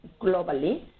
globally